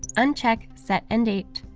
uncheck set end date.